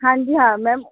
ਹਾਂਜੀ ਹਾਂ ਮੈਮ